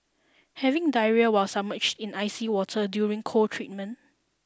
having diarrhoea while submerged in icy water during cold treatment